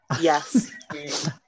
Yes